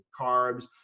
carbs